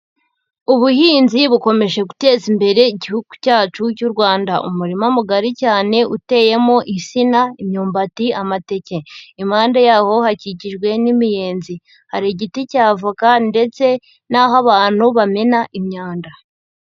Ubuhinzi bukomeje guteza imbere igihugu cyacu cy'u Rwanda. Umurima mugari cyane uteyemo insina, imyumbati amateke. Impande yaho hakikijwe n'imiyenzi. Hari igiti cy'avoka ndetse n'aho abantu bamena imyanda.